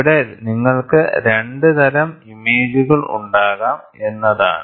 ഇവിടെ നിങ്ങൾക്ക് 2 തരം ഇമേജുകൾ ഉണ്ടാകാം എന്നതാണ്